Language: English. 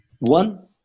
One